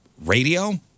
Radio